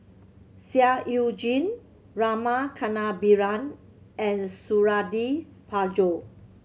Seah Eu Jin Rama Kannabiran and Suradi Parjo